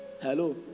Hello